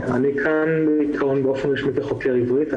בעיקרון, אני כאן כחוקר עברית.